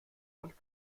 und